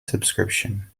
subscription